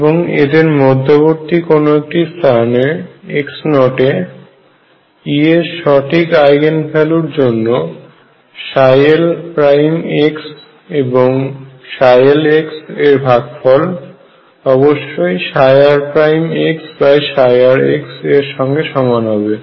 এবং এদের মধ্যবর্তী কোনো একটি স্থান x0 এ E এর সঠিক আইগেন ভ্যালুর জন্য l এবং l এর ভাগফল অবশ্যই rr এর সঙ্গে সমান হবে